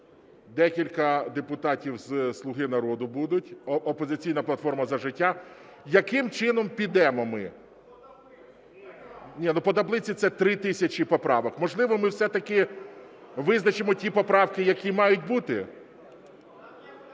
декілька депутатів з "Слуги народу" будуть, "Опозиційна платформа - За життя". Яким чином підемо ми? (Шум у залі) Ні, по таблиці – це 3 тисячі поправок. Можливо, ми все-таки визначимо ті поправки, які мають бути?